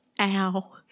Ow